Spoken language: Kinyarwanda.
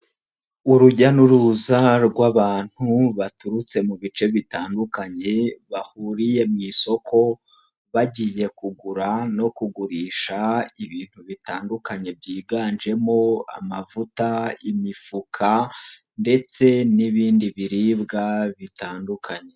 Urujya n'uruza rw'abantu baturutse mu bice bitandukanye, bahuriye mu isoko bagiye kugura no kugurisha ibintu bitandukanye byiganjemo: amavuta, imifuka ndetse n'ibindi biribwa bitandukanye.